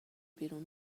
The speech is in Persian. بیرون